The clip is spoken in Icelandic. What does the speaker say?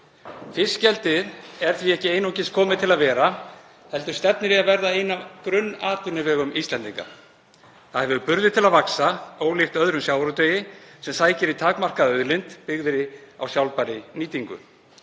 Fiskeldi er því ekki einungis komið til að vera heldur stefnir í að það verði einn af grunnatvinnuvegum Íslendinga. Það hefur burði til að vaxa, ólíkt öðrum sjávarútvegi sem sækir í takmarkaða auðlind sem byggð er á sjálfbærri nýtingu.